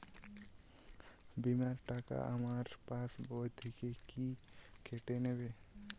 বিমার টাকা আমার পাশ বই থেকে কি কেটে নেবে?